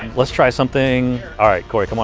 let's try something. all right, cory, come on